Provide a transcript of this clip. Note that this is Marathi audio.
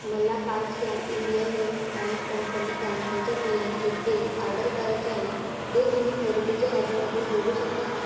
मला पाच can India hemp and company गांज्याच्या बियांचे तेल आर्डर करायचे आहे ते तुम्ही खरेदीच्या यादीमध्ये जोडू शकता का